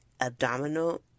abdominal